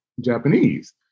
Japanese